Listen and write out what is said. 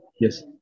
Yes